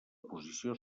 posició